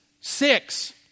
six